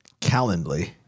Calendly